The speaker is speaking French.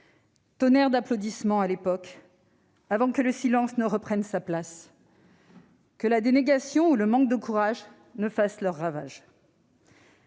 tonnerre d'applaudissements, à l'époque, avant que le silence ne reprenne sa place et que la dénégation ou le manque de courage ne fassent leurs ravages.